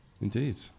Indeed